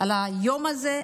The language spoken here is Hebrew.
על היום הזה.